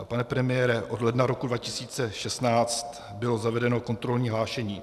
Pane premiére, od ledna roku 2016 bylo zavedeno kontrolní hlášení.